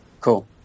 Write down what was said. Cool